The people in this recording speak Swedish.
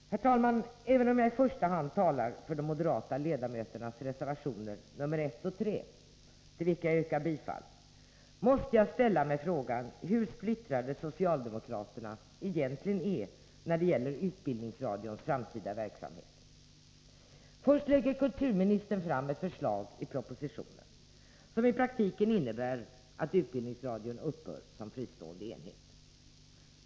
Herr talman! Även om jag i första hand talar för de moderata ledamöternas reservationer nr 1 och 3, till vilka jag yrkar bifall, måste jag ställa mig frågan hur splittrade socialdemokraterna egentligen är när det gäller utbildningsradions framtida verksamhet. Först lägger kulturministern fram ett förslag i propositionen som i praktiken innebär att utbildningsradion upphör som fristående enhet.